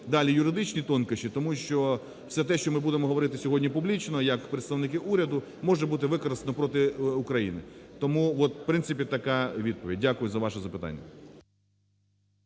далі в юридичні тонкощі, тому що все те, що ми будемо говорити сьогодні публічно як представники уряду, може бути використано проти України. Тому от в принципі така відповідь. Дякую за ваше запитання.